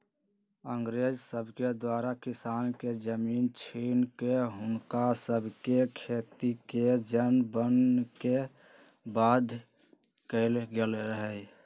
अंग्रेज सभके द्वारा किसान के जमीन छीन कऽ हुनका सभके खेतिके जन बने के बाध्य कएल गेल रहै